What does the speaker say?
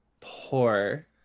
Poor